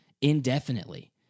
indefinitely